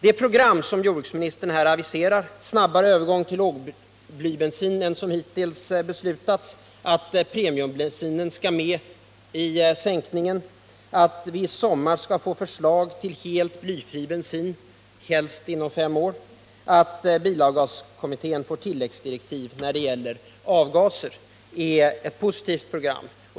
Det program som jordbruksministern har aviserat i svaret — att det skall bli en snabbare övergång till lågblybensin än som hittills beslutats, att premi umbensinen skall omfattas av sänkningen av blyhalten, att vi till sommaren skall få förslag om introduktion av helt blyfri bensin helst inom en femårsperiod, att bilavgaskommittén skall föreslås få tilläggsdirektiv när det gäller avgaser — är ett positivt program.